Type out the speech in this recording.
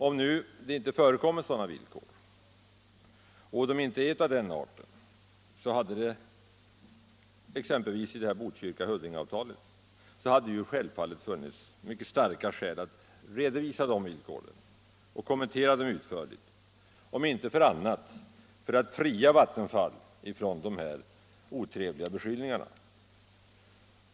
Om det nu inte förekommer villkor av den arten, exempelvis i Huddinge-Botkyrka-avtalet, hade det självfallet funnits mycket starka skäl att redovisa de villkoren och kommentera dem utförligt, om inte för annat så för att fria Vattenfall från dessa otrevliga beskyllningar.